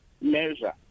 measure